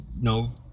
No